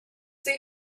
see